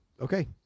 okay